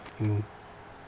mmhmm